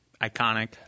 iconic